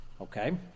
Okay